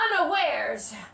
unawares